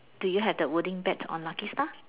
do you have that wording bet on lucky star